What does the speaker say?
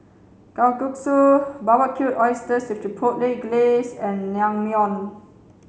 kalguksu Barbecued Oysters with Chipotle Glaze and